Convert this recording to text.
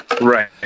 Right